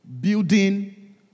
Building